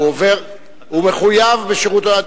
הוא מחויב בשירות.